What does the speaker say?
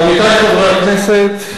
עמיתי חברי הכנסת,